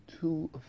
two